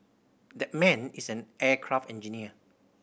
that man is an aircraft engineer